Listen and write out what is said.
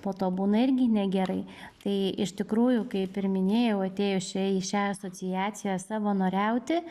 po to būna irgi negerai tai iš tikrųjų kaip ir minėjau atėjo šiai į šią asociaciją savanoriauti